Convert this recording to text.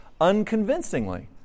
unconvincingly